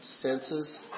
senses